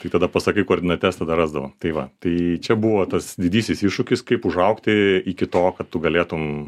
tai tada pasakai koordinates tada rasdavo tai va tai čia buvo tas didysis iššūkis kaip užaugti iki to kad tu galėtum